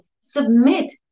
submit